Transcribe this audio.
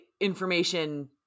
information